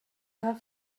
have